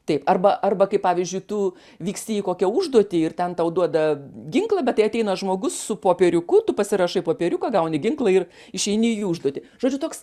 taip arba arba kaip pavyzdžiui tu vyksti į kokią užduotį ir ten tau duoda ginklą bet jei ateina žmogus su popieriuku tu pasirašai popieriuką gauni ginklą ir išeini į užduotį žodžiu toks